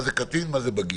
מה זה קטין ומה זה בגיר.